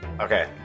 Okay